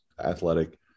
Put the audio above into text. athletic